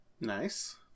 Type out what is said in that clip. Nice